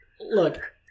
look